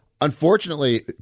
unfortunately